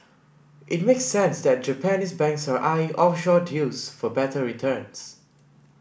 it makes sense that Japanese banks are eyeing offshore deals for better returns